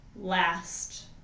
last